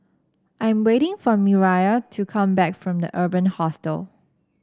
I am waiting for Miriah to come back from the Urban Hostel